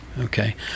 okay